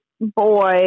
boy